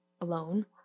Alone